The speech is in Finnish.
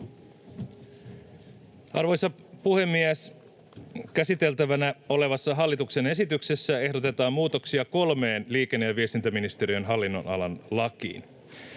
Arvoisa puhemies! Käsiteltävänä olevassa hallituksen esityksessä ehdotetaan muutoksia kolmeen liikenne‑ ja viestintäministeriön hallinnonalan lakiin.